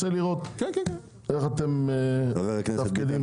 לראות איך אתם מתפקדים